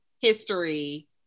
history